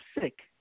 sick